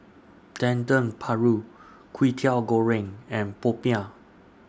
Dendeng Paru Kwetiau Goreng and Popiah